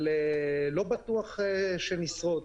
אבל לא בטוח שנשרוד.